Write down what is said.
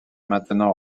maintenant